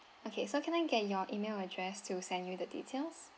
okay so can I get your email address to send you the details